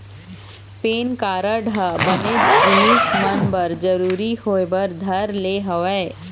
PAN card ह बनेच जिनिस मन बर जरुरी होय बर धर ले हवय